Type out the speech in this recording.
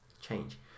change